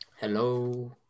Hello